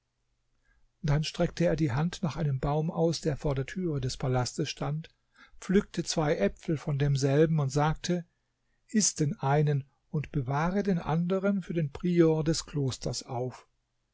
dann streckte er die hand nach einem baum aus der vor der tür des palastes stand pflückte zwei äpfel von demselben und sagte iß den einen und bewahre den anderen für den prior des klosters auf